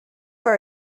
for